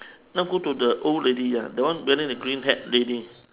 now go to the old lady ah the one wearing the green hat lady